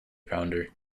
pounder